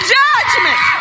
judgment